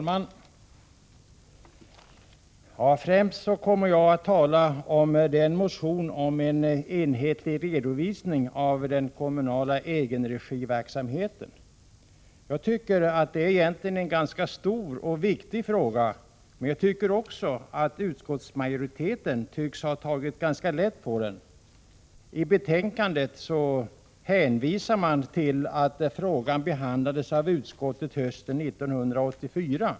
Herr talman! Jag kommer främst att tala om den motion om en enhetlig redovisning av den kommunala egenregiverksamheten som behandlas i finansutskottets betänkande 22. Det är egentligen en relativt stor och viktig fråga, men utskottsmajoriteten tycks ha tagit ganska lätt på den. I betänkandet erinras om att frågan behandlades av utskottet hösten 1984.